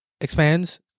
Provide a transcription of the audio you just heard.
expands